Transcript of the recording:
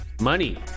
money